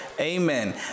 Amen